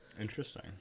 Interesting